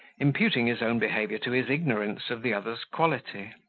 imputing his own behaviour to his ignorance of the other's quality.